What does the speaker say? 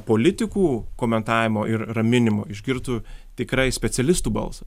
politikų komentavimų ir raminimų išgirtų tikrai specialistų balsą